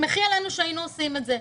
תסמכי עלינו שהיינו עושים את זה.